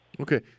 Okay